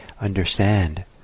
understand